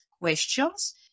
questions